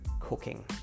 cooking